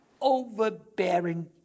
overbearing